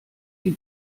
die